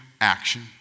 action